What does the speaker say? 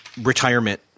retirement